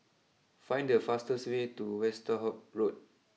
find the fastest way to Westerhout Road